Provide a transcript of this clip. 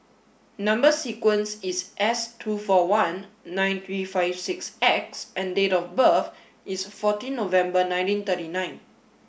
number sequence is S two four one nine three five six X and date of birth is fourteen November nineteen thirty nine